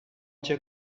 cię